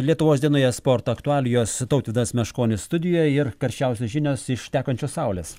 lietuvos dienoje sporto aktualijos tautvydas meškonis studijoj ir karščiausios žinios iš tekančios saulės